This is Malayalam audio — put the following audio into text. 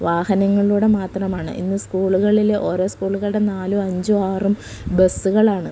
വാഹനങ്ങളിലൂടെ മാത്രമാണ് ഇന്ന് സ്കൂളുകളിൽ ഓരോ സ്കൂളുകളുടെ നാലോ അഞ്ച് ആറും ബസ്സുകളാണ്